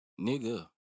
Nigga